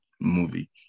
movie